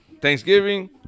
Thanksgiving